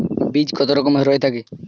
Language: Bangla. বীজ কত রকমের হয়ে থাকে?